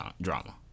drama